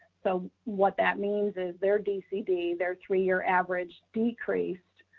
so what that means is their dcd, their three year average decreased